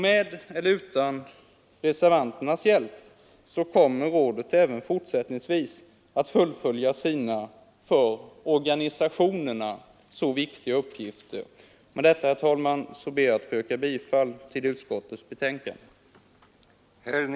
Med eller utan reservanternas hjälp kommer rådet även fortsättningsvis att fullfölja sina för organisationerna så viktiga uppgifter. Med detta, herr talman, ber jag att få yrka bifall till utskottets hemställan.